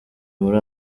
muri